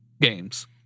games